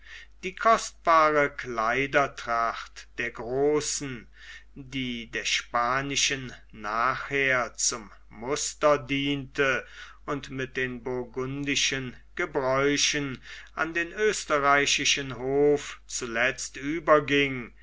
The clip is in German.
die kostbare kleidertracht der großen die der spanischen nachher zum muster diente und mit den burgundischen gebräuchen an den österreichischen hof zuletzt überging